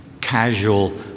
casual